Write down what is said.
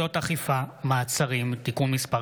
אכיפה, מעצרים) (תיקון מס'